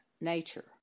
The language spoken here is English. nature